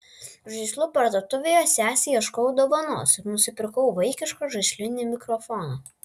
žaislų parduotuvėje sesei ieškojau dovanos ir nusipirkau vaikišką žaislinį mikrofoną